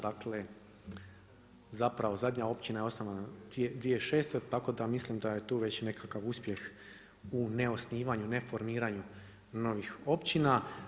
Dakle, zapravo zadnja općina je osnovana 2006. tako da mislim da je tu već nekakav uspjeh u neosnivanu, neformiranju novih općina.